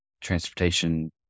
transportation